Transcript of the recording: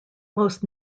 most